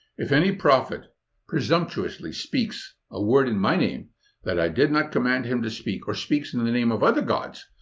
if any prophet presumptuously speaks a word in my name that i did not command him to speak or speaks in in the name of other gods,